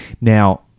Now